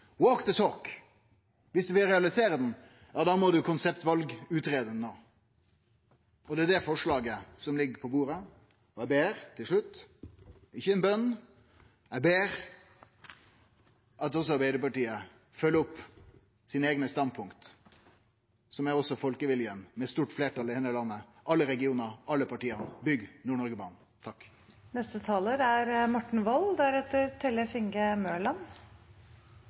vil realisere banen, må ein konseptvalutgreie han òg, og det er det forslaget som ligg på bordet. Eg ber til slutt ikkje ei bøn, men om at Arbeidarpartiet følgjer opp sine eigne standpunkt, som også er folkeviljen med stort fleirtal i heile landet, i alle regionar, i alle parti: Bygg